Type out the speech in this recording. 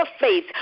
faith